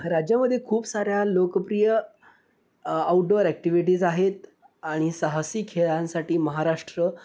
राज्यामध्ये खूप साऱ्या लोकप्रिय आऊटडोअर ॲक्टिव्हिटीज आहेत आणि साहसी खेळांसाठी महाराष्ट्र